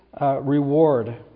Reward